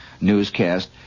newscast